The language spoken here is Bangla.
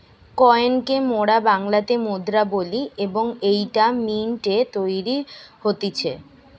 কয়েন কে মোরা বাংলাতে মুদ্রা বলি এবং এইটা মিন্ট এ তৈরী হতিছে